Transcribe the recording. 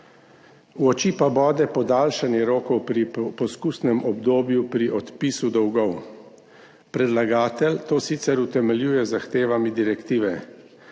V oči pa bode podaljšanje rokov pri poskusnem obdobju pri odpisu dolgov. Predlagatelj to sicer utemeljuje z zahtevami direktive.